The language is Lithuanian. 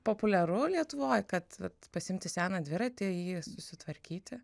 populiaru lietuvoj kad pasiimti seną dviratį jį susitvarkyti